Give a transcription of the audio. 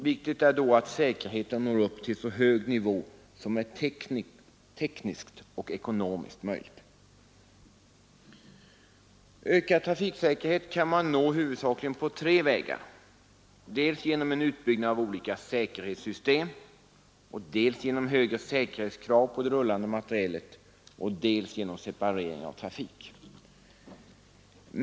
Viktigt är då att säkerheten når upp till så hög nivå som är tekniskt och ekonomiskt möjlig. Ökad trafiksäkerhet kan man nå huvudsakligen på tre vägar: dels genom utbyggnad av olika säkerhetssystem, dels genom högre säkerhetskrav på den rullande materielen, dels också genom separering av trafik.